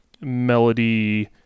melody